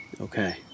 Okay